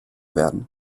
werden